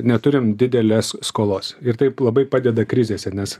neturim didelės skolos ir taip labai padeda krizėse nes